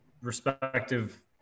respective